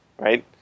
right